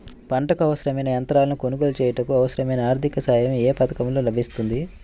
పంటకు అవసరమైన యంత్రాలను కొనగోలు చేయుటకు, అవసరమైన ఆర్థిక సాయం యే పథకంలో లభిస్తుంది?